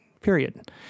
period